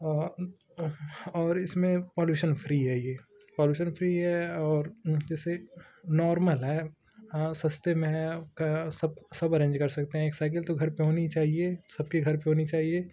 और इसमें pollution free है ये पोल्यूशन फ्री है ये और जैसे नॉर्मल है सस्ते में है सब सब अरेंज कर सकते हैं एक साइकिल तो घर पर होनी ही चाहिए सबके घर पर होनी चाहिए